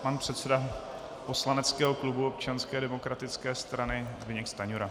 Pan předseda poslaneckého klubu Občanské demokratické strany Zbyněk Stanjura.